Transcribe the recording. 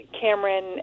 Cameron